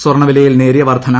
സ്വർണ്ണവിലയിൽ നേരിയ വർധന